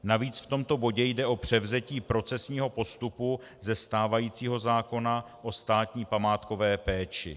Navíc v tomto bodě jde o převzetí procesního postupu ze stávajícího zákona o státní památkové péči.